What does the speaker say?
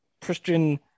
Christian